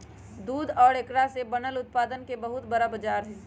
दूध और एकरा से बनल उत्पादन के बहुत बड़ा बाजार हई